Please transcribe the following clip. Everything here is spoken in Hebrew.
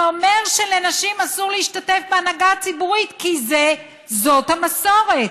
זה אומר שלנשים אסור להשתתף בהנהגה הציבורית כי זאת המסורת,